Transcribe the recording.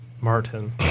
martin